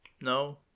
no